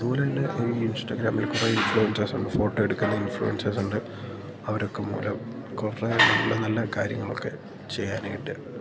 അതുപോല തന്നെ ഈ ഇൻസ്റ്റാഗ്രാമില് കുറേ ഇൻഫ്ലുവൻസേഴ്സ് ഉണ്ട് ഫോട്ടോ എടുക്കുന്ന ഇൻഫ്ലൂവൻസേഴ്സ് ഉണ്ട് അവരൊക്കെ മൂലം കുറേ നല്ല നല്ല കാര്യങ്ങളൊക്കെ ചെയ്യാനായിട്ട്